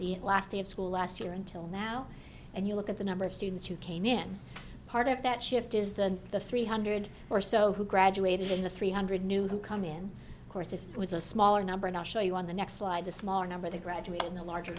the last day of school last year until now and you look at the number of students who came in part of that shift is than the three hundred or so who graduated in the three hundred new who come in course it was a smaller number and i'll show you on the next slide the smaller number the graduating the larger